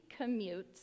commutes